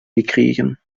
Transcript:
gekregen